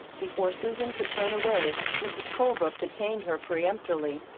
before susan could turn away, mrs. colebrook detained her peremptorily.